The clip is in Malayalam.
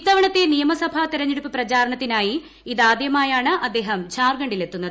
ഇത്തവണത്തെ നിയമസഭാ തെരഞ്ഞെടുപ്പ് പ്രചാരണത്തിനായി ഇതാദ്യമായാണ് അദ്ദേഹം ജാർഖണ്ഡിലെത്തുന്നത്